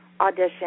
audition